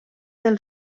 del